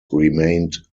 remained